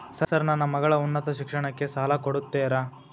Sir ನನ್ನ ಮಗಳ ಉನ್ನತ ಶಿಕ್ಷಣಕ್ಕೆ ಸಾಲ ಕೊಡುತ್ತೇರಾ?